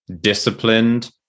disciplined